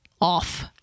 off